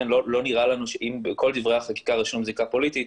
לא נראה לנו שאם בכל דברי החקיקה רשום זיקה פוליטית,